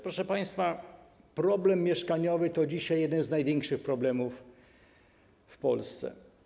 Proszę państwa, problem mieszkaniowy to dzisiaj jeden z największych problemów w Polsce.